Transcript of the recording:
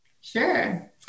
sure